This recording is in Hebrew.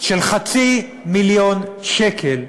של חצי מיליון שקל.